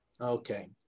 Okay